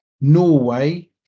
Norway